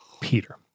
Peter